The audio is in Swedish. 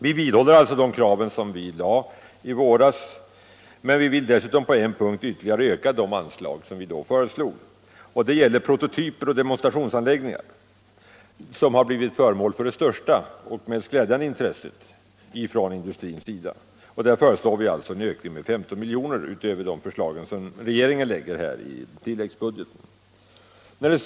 Vi vidhåller alltså samma krav i dag som i våras, men vi vill dessutom öka de anslag som vi då föreslog. Det gäller prototyper och demonstrationsanläggningar, som har blivit föremål för det största och mest glädjande intresset från industrins sida. Där föreslår vi en ökning med 15 milj.kr. utöver de förslag som regeringen lägger i tilläggsbudgeten.